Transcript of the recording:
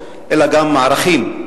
אלא גם ערכים,